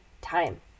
time